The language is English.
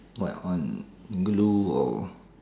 what on glue or